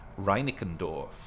Reinickendorf